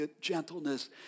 gentleness